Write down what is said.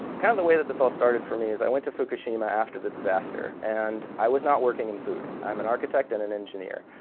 kind of the way that this all started for me is i went to fukushima after the disaster and i was not working in food. i'm an architect and an engineer.